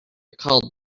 called